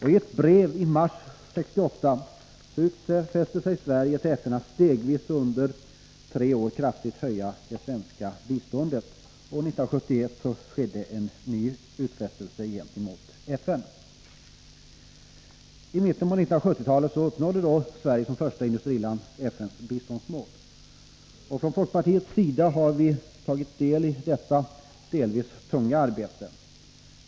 I ett brev i mars 1968 utfäste sig Sverige till FN att stegvis under tre år kraftigt höja det svenska biståndet, och 1971 gjordes en ny utfästelse gentemot FN. I mitten på 1970-talet uppnådde Sverige som första industriland FN:s biståndsmål. Från folkpartiets sida har vi medverkat i detta delvis tunga arbete.